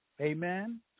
amen